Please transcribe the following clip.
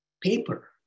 paper